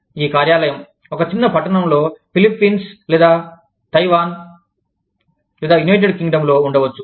ఈ కార్యాలయం ఒక చిన్న పట్టణంలో ఫిలిప్పీన్స్లో లేదా తైవాన్లో లేదా యునైటెడ్ కింగ్డమ్లో ఉండవచ్చు